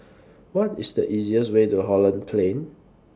What IS The easiest Way to Holland Plain